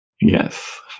Yes